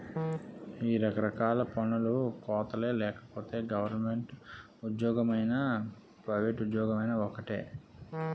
ఈ రకరకాల పన్ను కోతలే లేకపోతే గవరమెంటు ఉజ్జోగమైనా పైవేట్ ఉజ్జోగమైనా ఒక్కటే